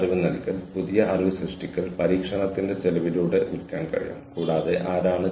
അതിനാൽ നിങ്ങൾക്കത് അറിയാം നിങ്ങൾ വ്യക്തിഗതമാവുന്നു